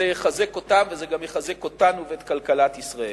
זה יחזק אותם וגם יחזק אותנו ואת כלכלת ישראל.